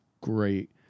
great